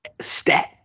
Stat